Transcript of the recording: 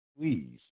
please